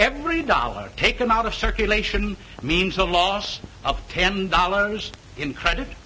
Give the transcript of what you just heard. every dollar taken out of circulation means a loss of ten dollars in credit